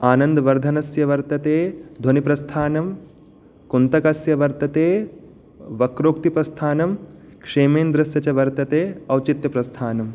आनन्दवर्धनस्य वर्तते ध्वनिप्रस्थानं कुन्तकस्य वर्तते वक्रोक्तिप्रस्थानं क्षेमेन्द्रस्य च वर्तते औचित्यप्रस्थानम्